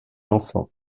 enfant